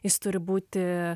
jis turi būti